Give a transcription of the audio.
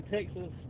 Texas